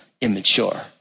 immature